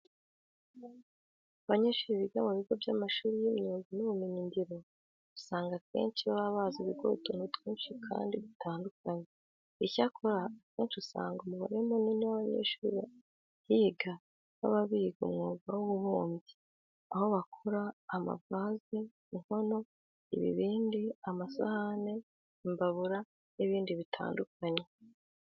Abanyeshuri biga mu bigo by'amashuri y'imyuga n'ubumenyigiro, usanga akenshi baba bazi gukora utuntu twinshi kandi dutandukanye. Icyakora akenshi usanga umubare munini w'abanyeshuri bahiga baba biga umwuga w'ububumbyi, aho bakora amavaze, inkono, ibibindi, amasahane, imbabura n'ibindi bitandukanye.